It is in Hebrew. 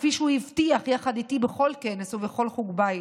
כפי שהוא הבטיח יחד איתי בכל כנס ובכל חוג בית.